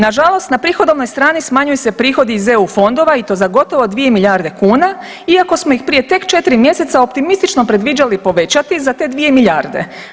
Nažalost, na prihodovnoj strani smanjuju se prihodi iz eu fondova i to za gotovo 2 milijarde kuna, iako smo ih prije tek četiri mjeseca optimistično predviđali povećati za te 2 milijarde.